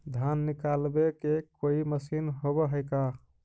धान निकालबे के कोई मशीन होब है का?